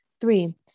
Three